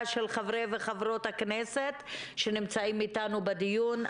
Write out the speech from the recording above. של חברי וחברות הכנסת שנמצאים איתנו בדיון.